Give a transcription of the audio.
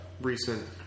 recent